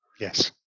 yes